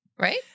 Right